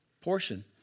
portion